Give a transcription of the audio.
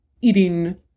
eating